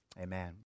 amen